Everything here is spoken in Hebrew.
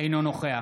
אינו נוכח